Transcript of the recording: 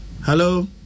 Hello